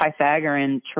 Pythagorean